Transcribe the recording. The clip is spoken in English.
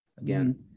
again